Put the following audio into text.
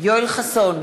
יואל חסון,